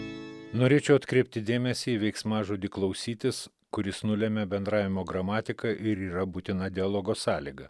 norėčiau atkreipti dėmesį į veiksmažodį klausytis kuris nulemia bendravimo gramatiką ir yra būtina dialogo sąlyga